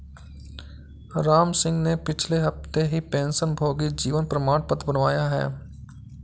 रामसिंह ने पिछले हफ्ते ही पेंशनभोगी जीवन प्रमाण पत्र बनवाया है